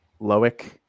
Loic